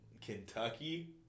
Kentucky